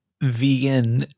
vegan